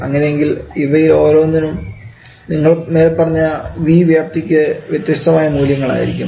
അങ്ങനെയെങ്കിൽ ഇവയിൽ ഓരോന്നും നിങ്ങൾക്ക് മേൽപ്പറഞ്ഞ V വ്യാപ്തിക്കു വ്യത്യസ്തമായ മൂല്യങ്ങൾ ആവും നൽകുക